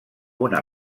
una